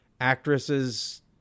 actresses